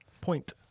point